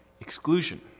Exclusion